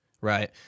Right